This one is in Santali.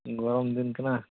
ᱜᱚᱨᱚᱢ ᱫᱤᱱ ᱠᱟᱱᱟ